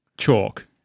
Chalk